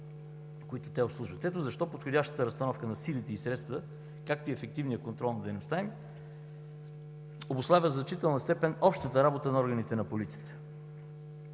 които обслужват. Ето защо подходящата разстановка на силите и средствата, както и ефективният контрол на дейността им, обуславя в значителна степен общата работа на органите на полицията